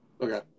Okay